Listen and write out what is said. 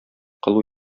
кылу